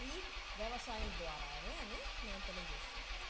ఈ వ్యవసాయం ద్వారానే అని నేను తెలియచేస్తున్నాను